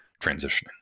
transitioning